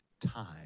time